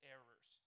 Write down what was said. Errors